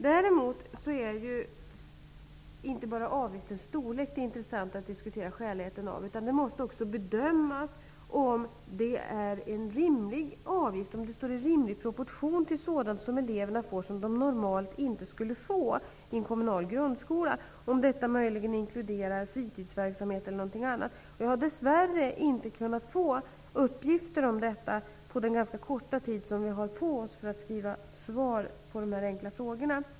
Däremot är det inte intressant att endast diskutera avgiftens storlek, utan man måste också bedöma om avgiften står i rimlig proportion till sådant som eleverna får och som de normalt inte skulle få i en kommunal grundskola, t.ex. om avgiften möjligen inkluderar fritidsverksamhet eller någonting annat. Jag har dess värre inte kunnat få uppgifter om detta på den ganska korta tid som vi har på oss för att skriva svar på de här frågorna.